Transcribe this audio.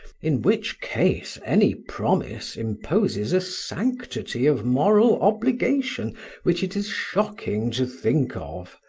in which case any promise imposes a sanctity of moral obligation which it is shocking to think of.